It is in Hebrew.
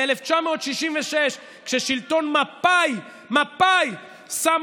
וב-1966, כששלטון מפא"י, מפא"י, שם